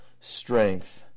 strength